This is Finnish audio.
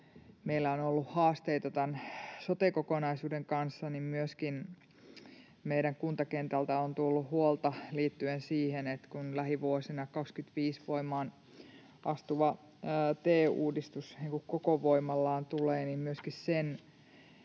meillä on ollut haasteita tämän sote-kokonaisuuden kanssa, niin myöskin meidän kuntakentältä on tullut huolta liittyen siihen, että kun lähivuosina vuonna 25 voimaan astuva TE-uudistus koko voimallaan tulee, niin myöskin sen